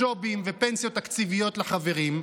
ג'ובים ופנסיות תקציביות לחברים,